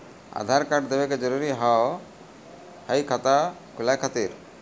आधार कार्ड देवे के जरूरी हाव हई खाता खुलाए खातिर?